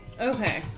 Okay